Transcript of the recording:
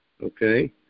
Okay